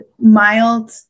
mild